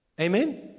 Amen